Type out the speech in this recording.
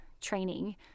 training